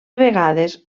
vegades